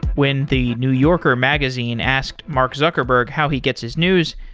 when the new yorker magazine asked mark zuckerberg how he gets his news.